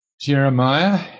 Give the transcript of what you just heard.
Jeremiah